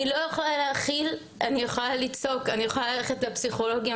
אני יכולה לצעוק, אני יכולה ללכת לפסיכולוגים.